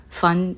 fun